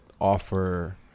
offer